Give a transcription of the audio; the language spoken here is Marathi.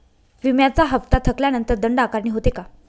विम्याचा हफ्ता थकल्यानंतर दंड आकारणी होते का?